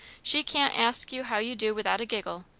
she can't ask you how you do without a giggle.